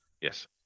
Yes